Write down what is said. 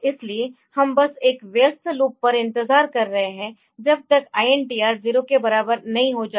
इसलिए हम बस एक व्यस्त लूप पर इंतजार कर रहे है जब तक INTR 0 के बराबर नहीं हो जाता